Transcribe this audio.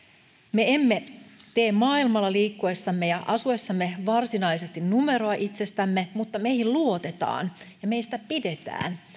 me emme tee maailmalla liikkuessamme ja asuessamme varsinaisesti numeroa itsestämme mutta meihin luotetaan ja meistä pidetään